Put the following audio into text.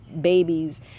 babies